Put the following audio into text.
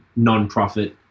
nonprofit